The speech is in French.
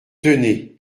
tenez